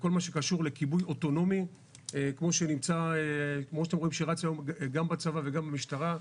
לכל מה שקשור לכיבוי אוטונומי שרץ היום גם בצבא וגם במשטרה,